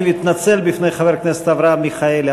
אני מתנצל בפני חבר הכנסת אברהם מיכאלי,